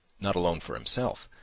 not alone for himself,